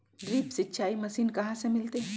Drip सिंचाई machine कहाँ से मिलतै?